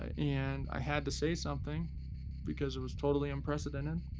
and i had to say something because it was totally unprecedented.